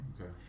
Okay